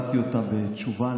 והבעתי אותה בתשובה,